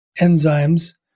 enzymes